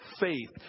faith